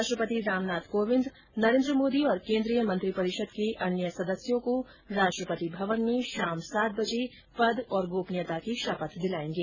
राष्ट्रपति रामनाथ कोविंद नरेन्द्र मोदी और केंद्रीय मंत्रिपरिषद के अन्य सदस्यों को राष्ट्रपति भवन में शाम सात बजे पद और गोपनीयता की शपथ दिलाएंगे